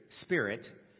spirit